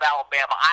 Alabama